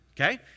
Okay